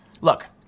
Look